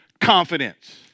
confidence